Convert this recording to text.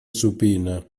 supina